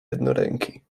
jednoręki